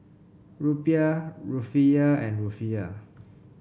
Rupiah Rufiyaa and Rufiyaa